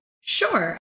Sure